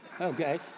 Okay